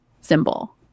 symbol